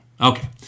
Okay